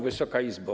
Wysoka Izbo!